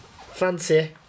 Fancy